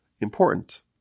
important